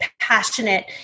passionate